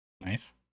Nice